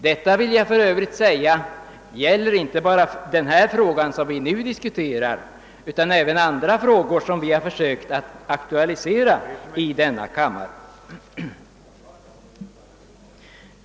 Detta gäller för övrigt inte bara den fråga som vi nu diskuterar utan även andra frågor som vi har aktualiserat i denna kammare.